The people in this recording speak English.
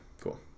cool